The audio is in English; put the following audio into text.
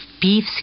beef